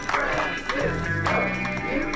Francisco